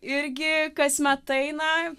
irgi kasmet eina